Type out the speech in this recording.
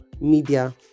media